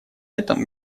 этом